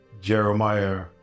Jeremiah